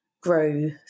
grow